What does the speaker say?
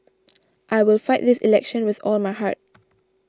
I will fight this election with all my heart